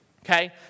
Okay